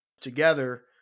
together